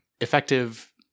Effective